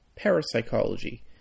parapsychology